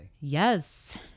Yes